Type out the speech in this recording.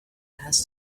has